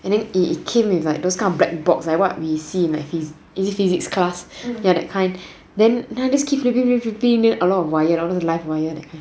and then it came with like those kind of black box like those we see in the physics class is it physics class ya that kind then I just keep play play play play a lot of wire all those live wire that kind